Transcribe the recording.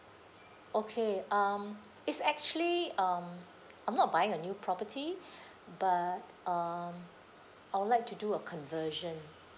okay um it's actually um I'm not buying a new property but um I would like to do a conversion